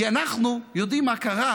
כי אנחנו יודעים מה קרה